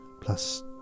Plus